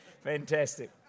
Fantastic